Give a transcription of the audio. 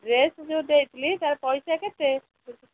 dress ଯେଉଁ ଦେଇଥିଲି ତାର ପଇସା କେତେ